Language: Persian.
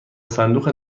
صندوق